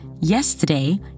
yesterday